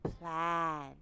plan